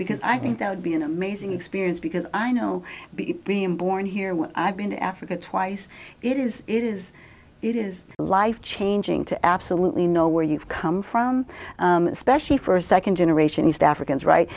because i think that would be an amazing experience because i know being born here i've been to africa twice it is it is it is life changing to absolutely know where you've come from especially first second generation east africans right